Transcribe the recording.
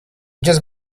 just